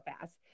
fast